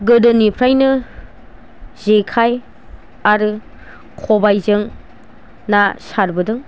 गोदोनिफ्रायनो जेखाइ आरो खबायजों ना सारबोदों